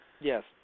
Yes